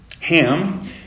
Ham